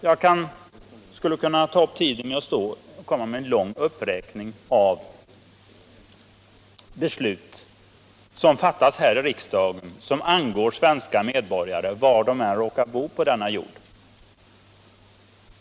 Jag skulle kunna ta upp tid med en lång uppräkning av beslut som fattas här i riksdagen och som angår svenska medborgare var de än råkar bo på denna jord.